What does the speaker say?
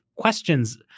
questions